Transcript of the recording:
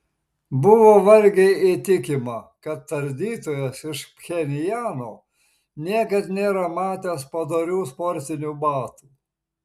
buvo vargiai įtikima kad tardytojas iš pchenjano niekad nėra matęs padorių sportinių batų